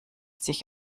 sich